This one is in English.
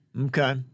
Okay